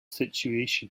situation